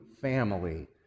family